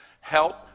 Help